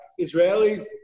Israelis